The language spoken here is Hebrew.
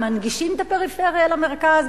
מנגישים את הפריפריה למרכז?